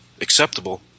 acceptable